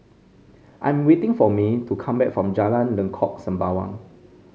I am waiting for Mae to come back from Jalan Lengkok Sembawang